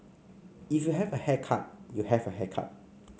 if you have a haircut you have a haircut